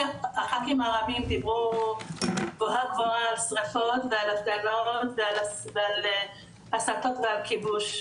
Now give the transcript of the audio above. הח"כים הרגים דיברו גבוהה גבוהה על שריפות ועל הסתות והכיבוש,